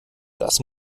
das